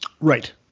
Right